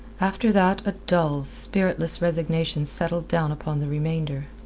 after that a dull, spiritless resignation settled down upon the remainder.